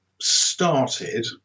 started